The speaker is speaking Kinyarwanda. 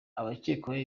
abakekwaho